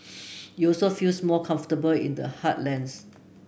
you also feels more comfortable in the heartlands